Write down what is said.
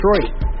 Detroit